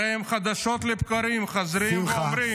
הרי חדשות לבקרים הם חוזרים ואומרים: